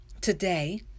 Today